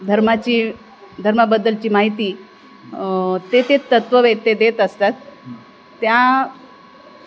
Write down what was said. धर्माची धर्माबद्दलची माहिती ते ते तत्त्ववेत्ते देत असतात त्या